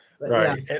Right